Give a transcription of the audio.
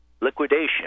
liquidation